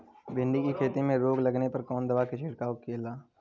भिंडी की खेती में रोग लगने पर कौन दवा के छिड़काव खेला?